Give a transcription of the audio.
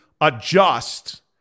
adjust